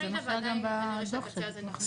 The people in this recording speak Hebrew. עדיין כנראה שהקצה הזה נכון.